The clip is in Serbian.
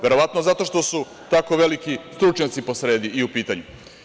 Verovatno zato što su tako veliki stručnjaci po sredi i u pitanju.